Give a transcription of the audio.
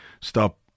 stop